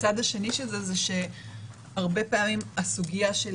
הצד השני של זה הוא שהרבה פעמים הסוגיה של